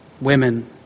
Women